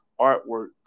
artwork